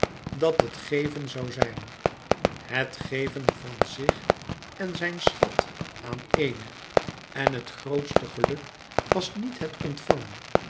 dat het geven zoû zijn het geven van zich en zijn schat aan eene en het grootste geluk was niet het ontvangen